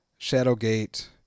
Shadowgate